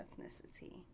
ethnicity